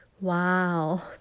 wow